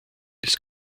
ist